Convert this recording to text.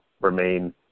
remain